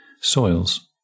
soils